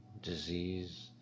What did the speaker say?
disease